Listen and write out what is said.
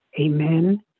Amen